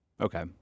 Okay